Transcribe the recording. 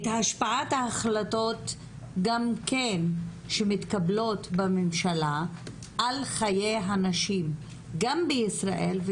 את השפעת ההחלטות גם כן שמתקבלות בממשלה על חיי הנשים גם בישראל.